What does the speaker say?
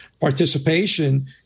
participation